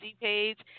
page